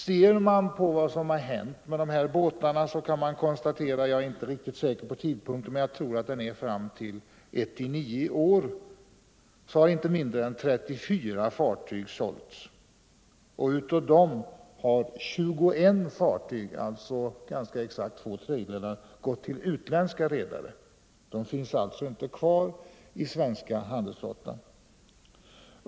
Ser man på vad som hänt med de här båtarna fram till den 1 september i år — jag är inte riktigt säker på tidpunkten — finner man att inte mindre än 34 fartyg har sålts, och av dem har 21 — alltså ganska exakt två tredjedelar — gått till utländska redare och finns inte kvar i den svenska handelsflottan.